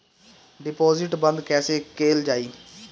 Deposit बंद कैसे कैल जाइ?